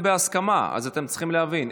הצבעה, אנחנו רוצים הצבעות.